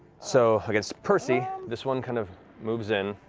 so against percy, this one kind of moves in.